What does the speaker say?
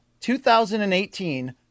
2018